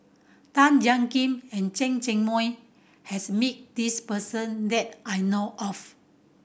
Tan Jiak Kim and Chen Cheng Mei has met this person that I know of